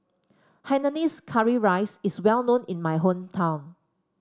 Hainanese Curry Rice is well known in my hometown